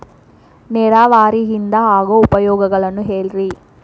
ನೇರಾವರಿಯಿಂದ ಆಗೋ ಉಪಯೋಗಗಳನ್ನು ಹೇಳ್ರಿ